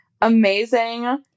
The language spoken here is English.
amazing